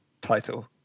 title